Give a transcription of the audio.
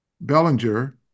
Bellinger